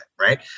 right